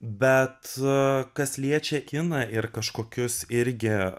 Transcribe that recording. bet kas liečia kiną ir kažkokius irgi